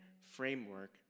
framework